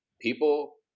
people